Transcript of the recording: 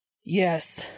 Yes